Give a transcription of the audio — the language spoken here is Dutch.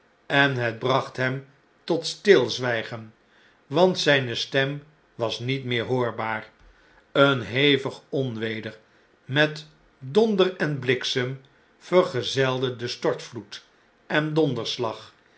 en het bracht hem tot stilzwijgen want zijne stem was niet meer hoorbaar een hevig onweder met donder en bliksem vergezelde den stortvloed en donderslag